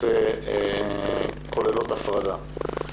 כוללות הפרדה.